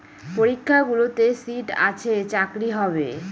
পরীক্ষাগুলোতে সিট আছে চাকরি হবে